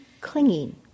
clinging